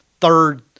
third